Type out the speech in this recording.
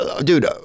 Dude